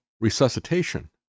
resuscitation